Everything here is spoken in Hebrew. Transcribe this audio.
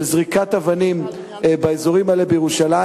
של זריקת אבנים באזורים האלה בירושלים,